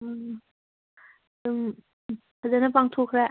ꯎꯝ ꯑꯗꯨꯝ ꯐꯖꯅ ꯄꯥꯡꯊꯣꯛꯈ꯭ꯔꯦ